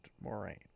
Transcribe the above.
Moraine